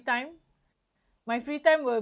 time my free time will